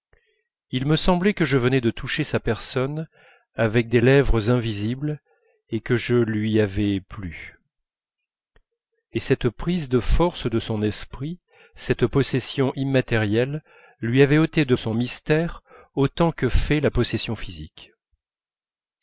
il me semblait que je venais de toucher sa personne avec des lèvres invisibles et que je lui avais plu et cette prise de force de son esprit cette possession immatérielle lui avait ôté de son mystère autant que fait la possession physique